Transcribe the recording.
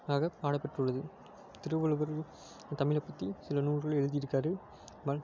ஆக பாடப்பட்டுள்ளது திருவள்ளுவர் தமிழைப் பற்றி சில நூல்கள் எழுதியிருக்காரு வள்